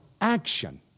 action